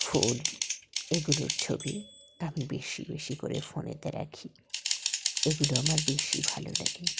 ফুল এগুলোর ছবি আমি বেশি বেশি করে ফোনেতে রাখি এগুলো আমার বেশি ভালো লাগে